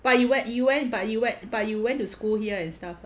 but you we~ you went but you we~ but you went to school here and stuff